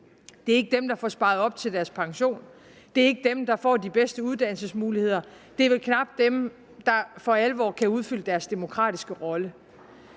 Det er ikke dem, der får sparet op til deres pension, det er ikke dem, der får de bedste uddannelsesmuligheder. Det er vel knap dem, der for alvor kan udfylde deres demokratiske rolle.